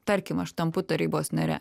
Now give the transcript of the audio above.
tarkim aš tampu tarybos nare